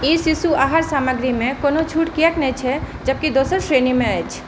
ई शिशु आहार सामग्रीमे कोनो छूट कियक नहि छै जबकि दोसर श्रेणीमे अछि